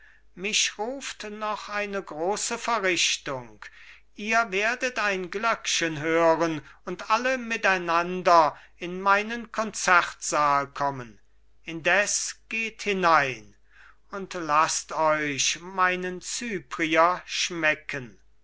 mich ruft noch eine große verrichtung ihr werdet ein glöckchen hören und alle miteinander in meinen konzertsaal kommen indes geht hinein und laßt euch meinen zyprier schmecken